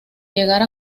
llegar